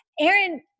Aaron